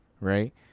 right